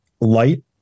light